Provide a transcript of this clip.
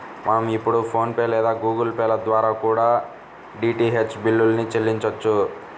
మనం ఇప్పుడు PhonePe లేదా గుగుల్ పే ల ద్వారా కూడా డీటీహెచ్ బిల్లుల్ని చెల్లించొచ్చు